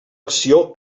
acció